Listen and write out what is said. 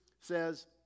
says